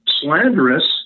slanderous